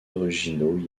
originaux